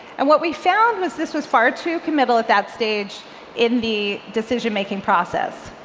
and what we found was this was far too committal at that stage in the decision-making process.